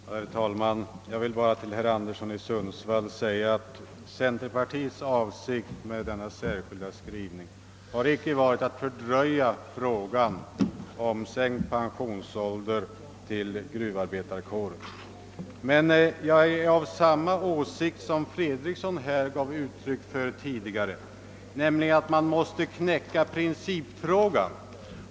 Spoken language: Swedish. Herr talman! Jag vill bara säga herr Anderson i Sundsvall att centerpartisternas avsikt med denna särskilda skrivning inte har varit att fördröja lösningen av frågan om en sänkning av gruvarbetarnas pensionsålder. Jag delar den åsikt som herr Fredriksson tidigare här gav uttryck för, nämligen att man måste knäcka principfrågan.